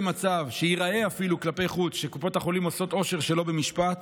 מצב שייראה אפילו כלפי חוץ שקופות החולים עושות עושר שלא במשפט.